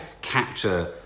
capture